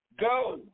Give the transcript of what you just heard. Go